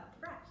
right